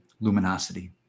luminosity